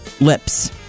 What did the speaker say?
lips